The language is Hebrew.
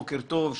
בוקר טוב,